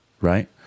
right